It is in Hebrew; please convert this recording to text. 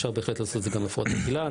ואפשר בהחלט לעשות את זה גם להפרעות אכילה.